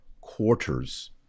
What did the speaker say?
quarters